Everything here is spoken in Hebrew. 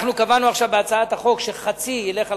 קבענו עכשיו בהצעת החוק שחצי ילך על